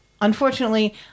unfortunately